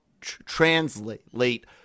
translate